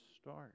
start